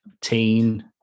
teen